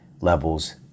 levels